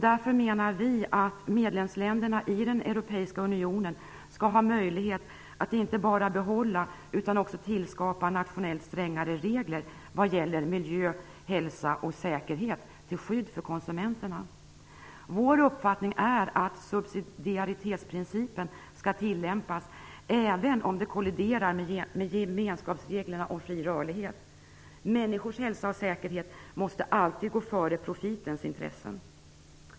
Därför menar vi att medlemsländerna i den europeiska unionen skall ha möjlighet att inte bara behålla utan också tillskapa nationellt strängare regler vad gäller miljö, hälsa och säkerhet till skydd för konsumenterna. Vår uppfattning är att subsidiaritetsprincipen skall tillämpas, även om den kolliderar med gemenskapsreglerna om fri rörlighet. Människors hälsa och säkerhet måste alltid gå före profitintressena.